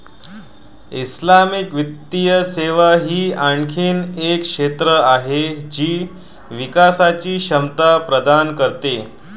Islamic वित्तीय सेवा ही आणखी एक क्षेत्र आहे जी विकासची क्षमता प्रदान करते